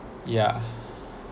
yeah